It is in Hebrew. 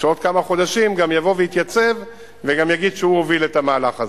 שעוד כמה חודשים גם יבוא ויתייצב וגם יגיד שהוא הוביל את המהלך הזה.